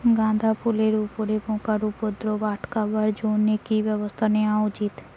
গাঁদা ফুলের উপরে পোকার উপদ্রব আটকেবার জইন্যে কি ব্যবস্থা নেওয়া উচিৎ?